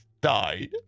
died